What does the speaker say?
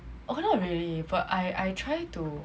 oh not really but I I try to